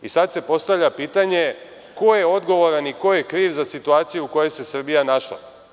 Sada se postavlja pitanje – ko je odgovoran i ko je kriv za situaciju u kojoj se Srbija našla?